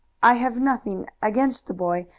i have nothing against the boy,